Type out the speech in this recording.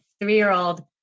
three-year-old